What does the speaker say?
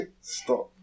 Stop